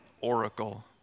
oracle